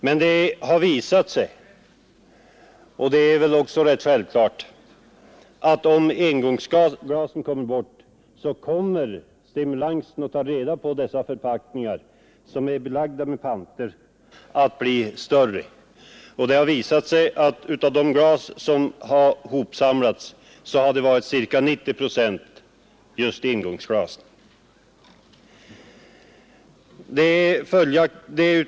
Men det har visat sig — det är väl också rätt självklart — att om förpackningarna beläggs med pant så kommer stimulansen att ta vara på dem att bli större. Av de glas som samlats ihop har ca 90 procent varit engångsförpackningar.